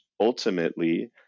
ultimately